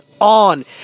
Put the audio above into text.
on